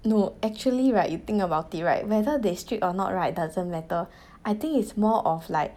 no actually right you think about it right whether they strict or not right doesn't matter I think it's more of like